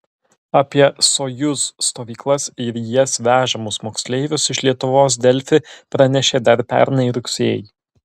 apie sojuz stovyklas ir į jas vežamus moksleivius iš lietuvos delfi pranešė dar pernai rugsėjį